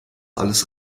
alles